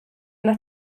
yna